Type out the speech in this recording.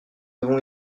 avons